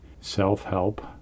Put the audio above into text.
self-help